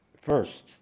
first